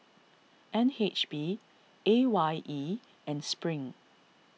N H B A Y E and Spring